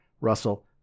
Russell